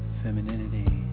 femininity